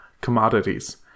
commodities